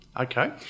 Okay